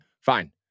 fine